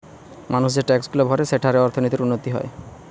মানুষ যে ট্যাক্সগুলা ভরে সেঠারে অর্থনীতির উন্নতি হয়